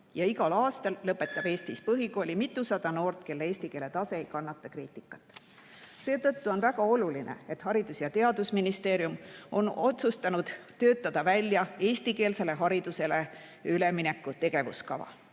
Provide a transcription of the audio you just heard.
ja igal aastal lõpetab Eestis põhikooli mitusada noort, kelle eesti keele tase ei kannata kriitikat. Seetõttu on väga oluline, et Haridus- ja Teadusministeerium on otsustanud töötada välja eestikeelsele haridusele ülemineku tegevuskava.